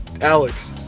Alex